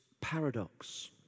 paradox